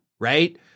right